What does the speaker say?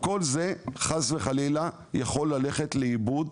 יכולים ללכת לאיבוד,